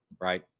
Right